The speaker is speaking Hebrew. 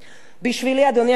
בשבילי, אדוני היושב-ראש,